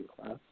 class